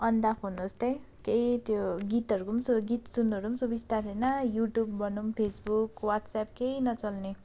अन्धो phone उस्तै केही त्यो गीतहरूको स्वर गीत सुन्नुहरू पनि सुबिस्ता थिएन यु ट्युब भनौँ फेस बुक व्हाट्स एप केही नचल्ने